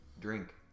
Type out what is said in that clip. Drink